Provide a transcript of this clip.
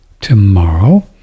tomorrow